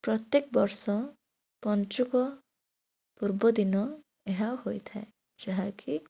ପ୍ରତ୍ୟେକ ବର୍ଷ ପଞ୍ଚୁକ ପୂର୍ବ ଦିନ ଏହା ହୋଇଥାଏ ଯାହାକି